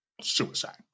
suicide